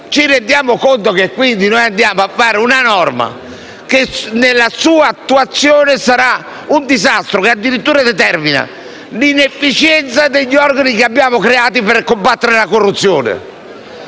Ci rendiamo conto che stiamo approvando una norma che nella sua attuazione sarà un disastro e che addirittura determinerà l'inefficienza degli organi che abbiamo creato per combattere la corruzione?